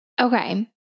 Okay